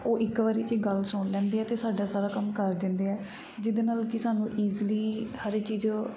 ਉਹ ਇੱਕ ਵਾਰੀ 'ਚ ਗੱਲ ਸੁਣ ਲੈਂਦੇ ਹੈ ਅਤੇ ਸਾਡਾ ਸਾਰਾ ਕੰਮ ਕਰ ਦਿੰਦੇ ਹੈ ਜਿਹਦੇ ਨਾਲ ਕੀ ਸਾਨੂੰ ਈਜਲੀ ਹਰ ਚੀਜ਼